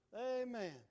Amen